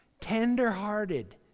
tenderhearted